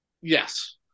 Yes